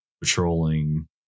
patrolling